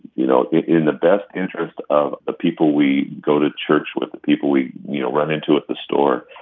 you know, in the best interest of the people we go to church with, the people we, you know, run into at the store,